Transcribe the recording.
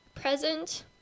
present